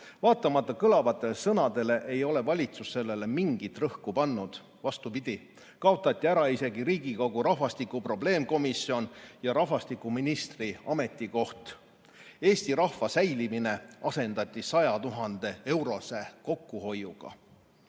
Vaatamata kõlavatele sõnadele ei ole valitsus sellele mingit rõhku pannud. Vastupidi, kaotati ära isegi Riigikogu rahvastiku probleemkomisjon ja rahvastikuministri ametikoht. Eesti rahva säilimine asendati 100 000-eurose kokkuhoiuga. Meile